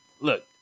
look